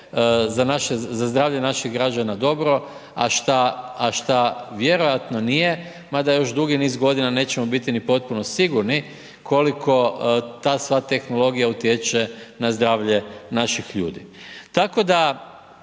za zdravlje naših građana dobro, a šta vjerojatno nije? Mada još dugi niz godina nećemo biti ni potpuno sigurno, koliko ta sva tehnologija utječe na zdravlje naših ljudi.